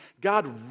God